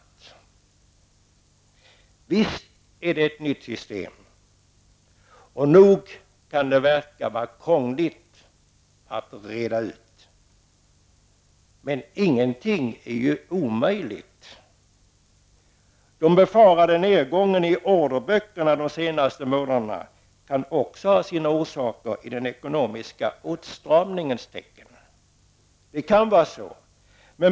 Det är visserligen ett nytt system, och det kan nog verka krångligt att reda ut, men ingenting är omöjligt. Den befarade nedgången i orderböckerna under de senaste månaderna kan också ha sina orsaker i den ekonomiska åtstramningen. Det kan vara så.